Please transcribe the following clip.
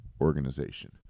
organization